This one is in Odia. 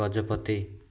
ଗଜପତି